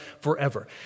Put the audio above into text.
forever